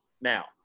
Now